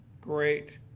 great